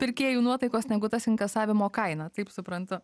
pirkėjų nuotaikos negu tas inkasavimo kaina taip suprantu